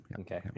Okay